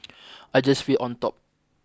I just feel on top